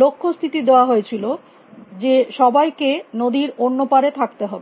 লক্ষ্য স্থিতি দেওয়া হয়েছিল যে সবাইকে নদীর অন্য পারে থাকতে হবে